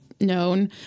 known